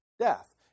death